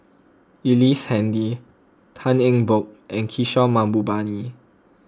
Ellice Handy Tan Eng Bock and Kishore Mahbubani